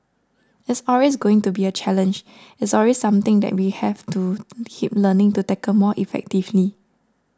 it's always going to be a challenge it's always something that we have to keep learning to tackle more effectively